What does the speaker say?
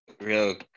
real